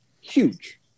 huge